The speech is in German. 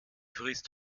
frist